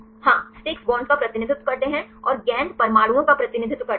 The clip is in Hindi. हाँ स्टिक बांड का प्रतिनिधित्व करते हैं और गेंद परमाणुओं का प्रतिनिधित्व करते हैं